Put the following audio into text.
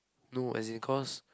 no as in cause